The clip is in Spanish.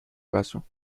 caso